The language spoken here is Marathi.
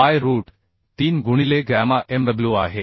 बाय रूट 3 गुणिले गॅमा mw आहे